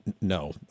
No